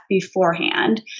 beforehand